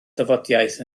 dafodiaith